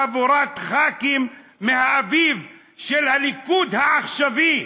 חבורת חברי כנסת מהאביב של הליכוד העכשווי,